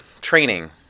training